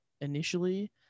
initially